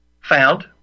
found